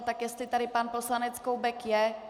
Tak jestli tady pan poslanec Koubek je?